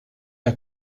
der